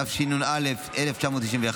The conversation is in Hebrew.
התשנ"א 1991,